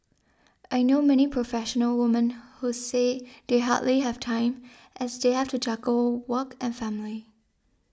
I know many professional women who say they hardly have time as they have to juggle work and family